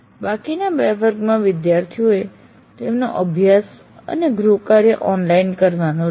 બાકીના બે વર્ગમાં વિદ્યાર્થીઓએ તેમનો અભ્યાસ અને ગૃહકાર્ય ઓનલાઈન કરવાનું રહેશે